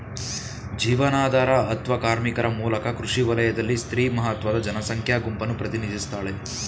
ಜೀವನಾಧಾರ ಅತ್ವ ಕಾರ್ಮಿಕರ ಮೂಲಕ ಕೃಷಿ ವಲಯದಲ್ಲಿ ಸ್ತ್ರೀ ಮಹತ್ವದ ಜನಸಂಖ್ಯಾ ಗುಂಪನ್ನು ಪ್ರತಿನಿಧಿಸ್ತಾಳೆ